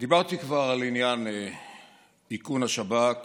דיברתי כבר על עניין איכון השב"כ